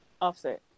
Offset